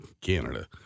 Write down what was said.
Canada